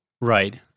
Right